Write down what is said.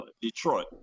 Detroit